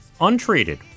untreated